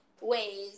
ways